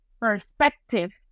perspective